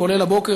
כולל הבוקר,